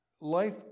life